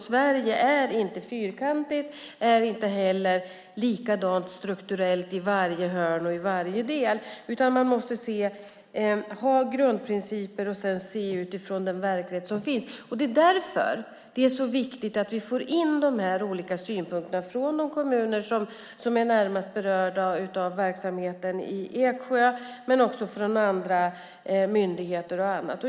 Sverige är inte fyrkantigt, och det är inte heller strukturellt likadant i varje hörn och i varje del. Man måste ha grundprinciper och sedan se utifrån den verklighet som finns. Det är därför som det är så viktigt att vi får in de här olika synpunkterna från de kommuner som är närmast berörda av verksamheten i Eksjö och också från andra myndigheter.